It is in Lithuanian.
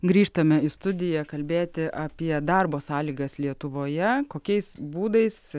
grįžtame į studiją kalbėti apie darbo sąlygas lietuvoje kokiais būdais